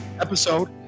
episode